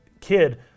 kid